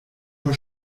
vor